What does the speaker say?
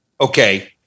okay